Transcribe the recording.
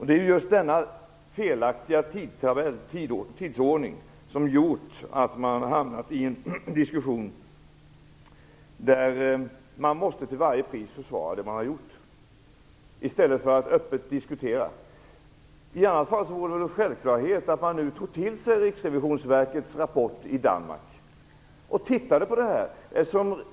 Det är just denna felaktiga tidsordning som har medfört att man har hamnat i en diskussion där man till varje pris måste försvara det som man har gjort i stället för att diskutera öppet. I annat fall vore det en självklarhet att man nu tog till sig det danska riksrevisionsverkets rapport.